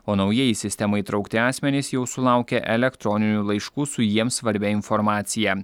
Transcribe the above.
o naujai į sistemą įtraukti asmenys jau sulaukė elektroninių laiškų su jiems svarbia informacija